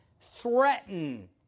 threaten